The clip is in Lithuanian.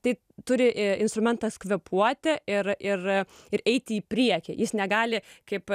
tai turi instrumentas kvėpuoti ir ir ir eiti į priekį jis negali kaip